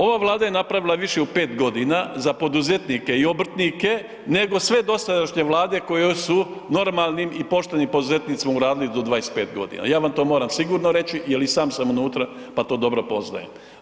Ova Vlada je napravila više u pet godina za poduzetnike i obrtnike nego sve dosadašnje vlade koje su normalnim i poštenim poduzetnicima uradili do 25 godina, ja vam to moram sigurno reći jel sam sam unutra pa to dobro poznajem.